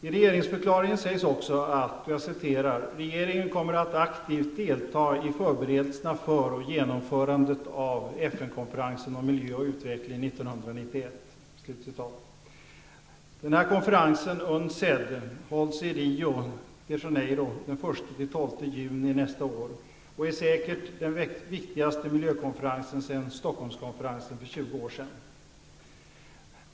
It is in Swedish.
I regeringsförklaringen sägs också att ''Regeringen kommer att aktivt delta i förberedelserna för och genomförandet av FN-konferensen om miljö och utveckling 1992.'' Denna konferens, UNCED, hålls i Rio de Janeiro den 1--12 juni nästa år och är säkert den viktigaste miljökonferensen sedan Stockholmskonferensen för 20 år sedan.